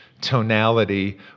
tonality